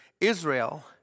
Israel